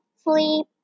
sleep